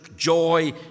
joy